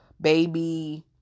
baby